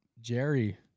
Jerry